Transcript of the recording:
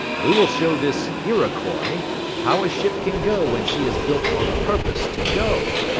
we will show this iroquois how a ship can go when she is built on purpose to go.